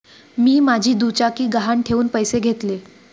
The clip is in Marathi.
मी माझी दुचाकी गहाण ठेवून पैसे घेतले